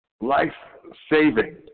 life-saving